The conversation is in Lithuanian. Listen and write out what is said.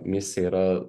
misiją yra